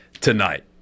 tonight